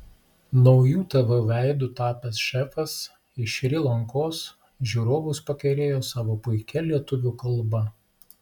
nauju tv veidu tapęs šefas iš šri lankos žiūrovus pakerėjo savo puikia lietuvių kalba